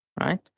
right